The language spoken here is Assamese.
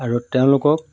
আৰু তেওঁলোকক